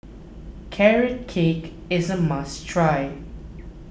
Carrot Cake is a must try